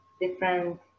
different